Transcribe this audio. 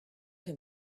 him